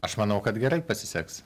aš manau kad gerai pasiseks